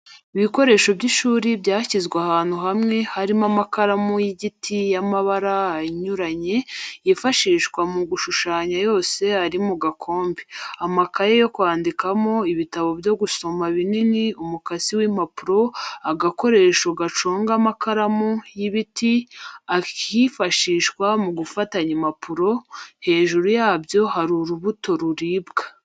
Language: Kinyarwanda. Ibikoresho by'ishuri byashyizwe ahantu hamwe harimo amakaramu y'igiti y'amabara anyuranye yifashishwa mu gushushanya yose ari mu gakombe, amakaye yo kwandikamo, ibitabo byo gusoma binini, umukasi w'impapuro, agakoresho gaconga amakaramu y'ibiti, akifashishwa mu gufatanya impapuro, hejuru yabyo hari n'urubuto ruribwa